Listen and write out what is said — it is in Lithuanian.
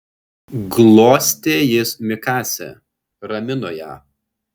glostė jis mikasę ramino ją